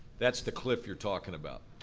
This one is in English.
that's the cliff you're talking about.